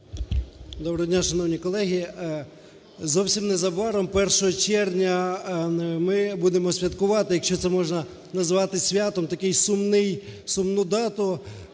Доброго дня, шановні колеги! Зовсім незабаром, 1 червня, ми будемо святкувати, якщо це можна назвати святом, таку сумну дату: